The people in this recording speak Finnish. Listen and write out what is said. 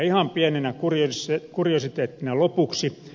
ihan pienenä kuriositeettina lopuksi